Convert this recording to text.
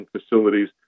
facilities